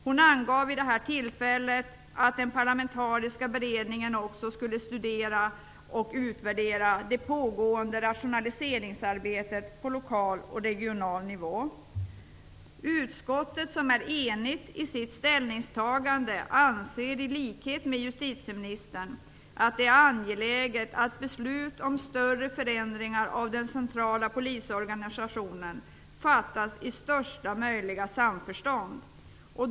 Hon angav vid detta tillfälle att den parlamentariska beredningen också skulle studera och utvärdera pågående rationaliseringsarbete på lokal och regional nivå. Utskottet, som är enigt i sitt ställningstagande, anser i likhet med justitieministern att det är angeläget att beslut om större förändringar av den centrala polisorganisationen fattas i största möjliga samförstånd.